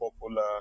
popular